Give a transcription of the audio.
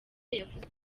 yavuze